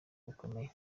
bukomeye